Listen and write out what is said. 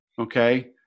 Okay